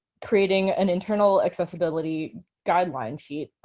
creating an internal accessibility guideline sheet,